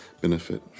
benefit